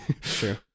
true